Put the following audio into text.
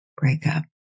breakup